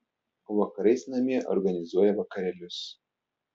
o vakarais namie organizuoja vakarėlius